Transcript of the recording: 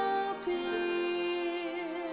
appear